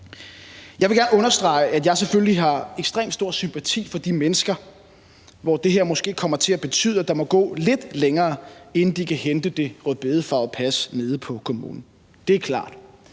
Jeg vil gerne understrege, at jeg selvfølgelig har ekstremt stor sympati for de mennesker, for hvem det her måske kommer til at betyde, at der må gå lidt længere tid, inden de kan hente det rødbedefarvede pas nede på kommunen. Det er klart.